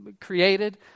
created